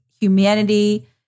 humanity